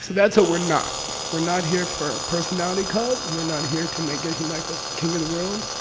that's what we're not we're not here for a personality cult, and we're not here to make geshe michael king of the world.